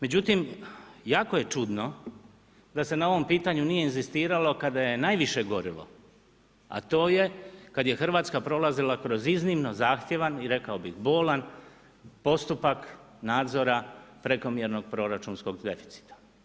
Međutim, jako je čudno, da se na ovom pitanju nije inzistiralo kada je naviše gorilo, a to je kada je Hrvatska prolazila kroz iznimno zahtjevan i rekao bi bolan postupak nadzora prekomjernog proračunskog deficita.